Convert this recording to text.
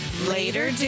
Later